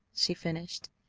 she finished.